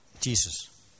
Jesus